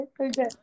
Okay